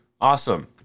Awesome